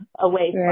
away